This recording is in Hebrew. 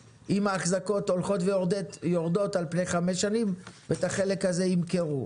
האחזקות הולכות ויורדות על פני חמש שנים ואת החלק הזה ימכרו.